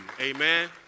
amen